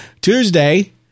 Tuesday